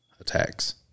attacks